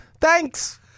Thanks